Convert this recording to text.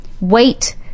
wait